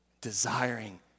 desiring